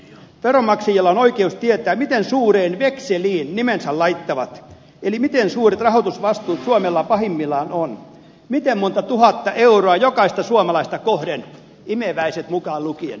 veronmaksajilla on oikeus tietää miten suureen vekseliin nimensä laittavat eli miten suuret rahoitusvastuut suomella pahimmillaan on miten monta tuhatta euroa jokaista suomalaista kohden imeväiset mukaan lukien